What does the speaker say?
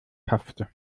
paffte